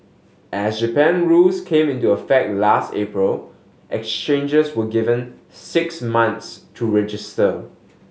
as Japan rules came into effect last April exchanges were given six months to register